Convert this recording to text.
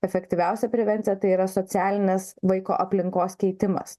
efektyviausia prevencija tai yra socialinės vaiko aplinkos keitimas